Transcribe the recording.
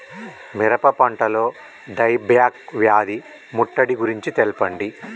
మిరప పంటలో dieback వ్యాధి ముట్టడి గురించి తెల్పండి?